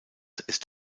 ist